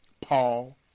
Paul